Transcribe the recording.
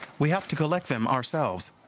we have to collect them ourselves.